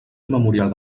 memorial